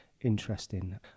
interesting